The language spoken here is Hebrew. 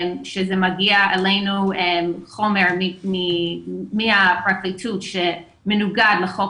כשמגיע אלינו חומר מהפרקליטות שמנוגד לחוק